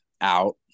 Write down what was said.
out